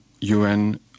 UN